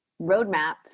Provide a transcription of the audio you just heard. roadmap